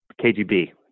KGB